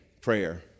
prayer